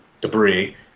debris